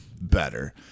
Better